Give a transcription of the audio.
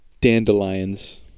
Dandelions